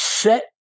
set